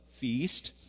feast